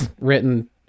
written